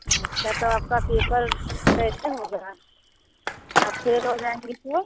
अच्छा तो आपका पेपर कैसे होगा आप फैल हो जाएँगी तो